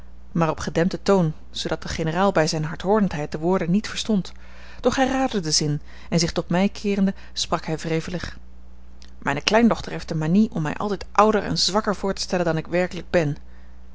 maar op gedempten toon zoodat de generaal bij zijne hardhoorendheid de woorden niet verstond doch hij raadde den zin en zich tot mij keerende sprak hij wrevelig mijne kleindochter heeft de manie om mij altijd ouder en zwakker voor te stellen dan ik werkelijk ben